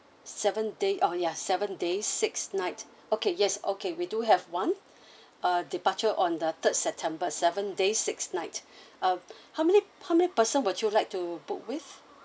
seven day oh ya seven days six nights okay yes okay we do have one uh departure on the third september seven days six nights uh how many how many person would you like to book with